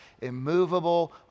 immovable